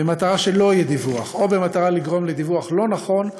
בכוונה שלא יהיה דיווח או כדי לגרום לדיווח לא נכון,